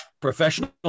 professional